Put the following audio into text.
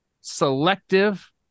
selective